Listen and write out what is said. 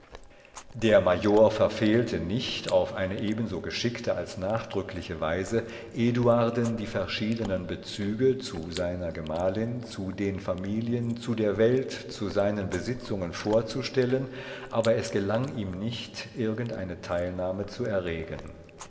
der major verfehlte nicht auf eine ebenso geschickte als nachdrückliche weise eduarden die verschiedenen bezüge zu seiner gemahlin zu den familien zu der welt zu seinen besitzungen vorzustellen aber es gelang ihm nicht irgendeine teilnahme zu erregen